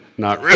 not really.